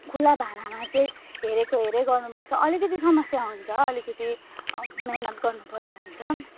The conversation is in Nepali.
खुल्ला भाँडामा चाहिँ हेरेको हेरेकै गर्नुपर्छ अलिकति समस्या हुन्छ अलिकति मिहिनेत गर्नुपर्ने हुन्छ